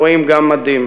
רואים גם מדים.